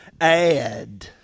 add